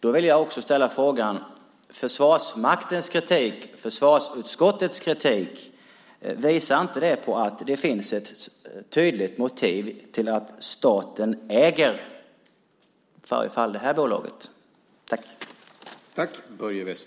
Då vill jag ställa frågan: Visar inte Försvarsmaktens och försvarsutskottets kritik på att det finns ett tydligt motiv till att staten ska äga i alla fall det här bolaget?